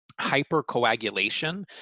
hypercoagulation